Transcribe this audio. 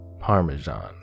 Parmesan